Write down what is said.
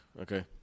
okay